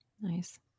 Nice